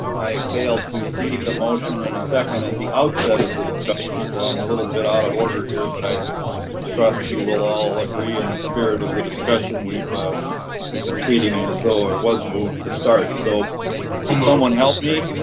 i to seek a motion and a second at the outset of the discussion so i'm a little bit out of order here, but i trust you will all agree in the spirit of the discussion we've ah we've been treating it as though it was moved to start, so um someone help me.